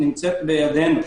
בידינו.